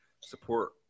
support